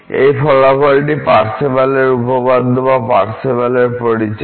এই ফলাফলটি পার্সেভেলের উপপাদ্য বা পার্সেভালের পরিচয়